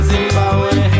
Zimbabwe